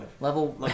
Level